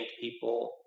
people